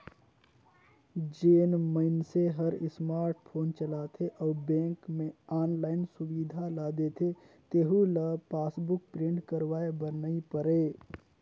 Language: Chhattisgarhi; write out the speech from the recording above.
जेन मइनसे हर स्मार्ट फोन चलाथे अउ बेंक मे आनलाईन सुबिधा ल देथे तेहू ल पासबुक प्रिंट करवाये बर नई परे